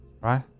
Right